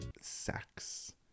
sex